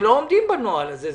הם לא עומדים בנוהל הזה.